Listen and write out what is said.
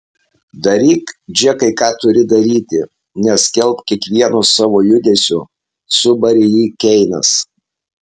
daryk džekai ką turi daryti neskelbk kiekvieno savo judesio subarė jį keinas